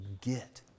get